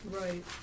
Right